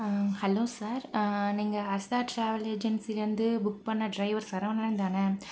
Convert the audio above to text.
hello sir நீங்கள் Harsha travel ஏஜென்சிலேருந்து book பண்ண டிரைவர் சரவணன்தானே